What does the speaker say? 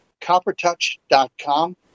CopperTouch.com